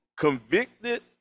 convicted